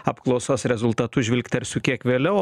apklausos rezultatus žvilgtersiu kiek vėliau